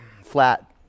Flat